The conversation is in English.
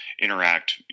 interact